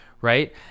right